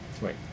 Wait